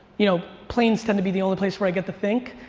you know, planes tend to be the only place where i get to think,